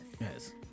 yes